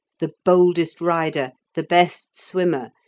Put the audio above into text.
the boldest rider, the best swimmer,